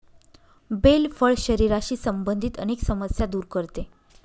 bell फळ शरीराशी संबंधित अनेक समस्या दूर करते